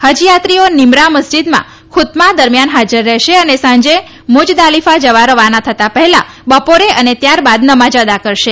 ફજયાત્રીઓ નિમ્રા મસ્જીદમાં ખુત્મા દરમ્યાન હાજર રહેશે અને સાંજે મુજદાલિફા રવાના થતાં પહેલા બપોરે અને ત્યારબાદ નમાજ અદા કરશે